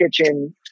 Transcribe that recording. kitchen